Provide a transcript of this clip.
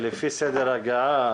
לפי סדר הגעה,